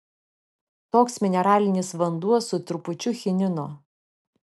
toks mineralinis vanduo su trupučiu chinino